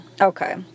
Okay